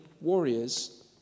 warriors